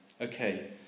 Okay